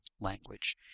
language